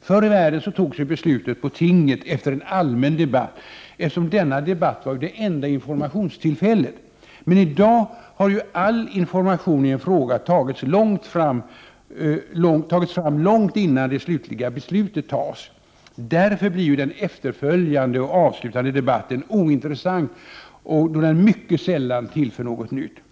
Förr i världen fattades besluten på tinget efter en allmän debatt, eftersom denna debatt var det enda informationstillfället. Men i dag har ju all information i en fråga tagits fram långt innan det slutliga beslutet fattas. Därför blir efterföljande och avslutande debatt ointressant, då den mycket sällan tillför något nytt.